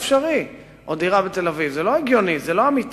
זה לא אפשרי, זה לא הגיוני, זה לא אמיתי.